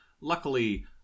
luckily